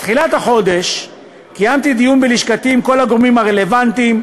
בתחילת החודש קיימתי דיון בלשכתי עם כל הגורמים הרלוונטיים: